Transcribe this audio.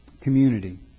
community